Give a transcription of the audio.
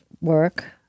work